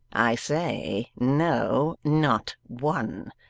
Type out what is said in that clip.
i say no, not one.